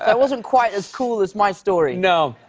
and wasn't quite as cool as my story. no.